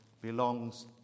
belongs